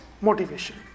motivation